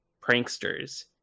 pranksters